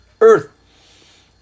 earth